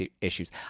issues